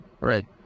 Right